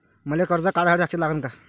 मले कर्ज काढा साठी साक्षीदार लागन का?